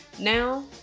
now